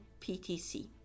PTC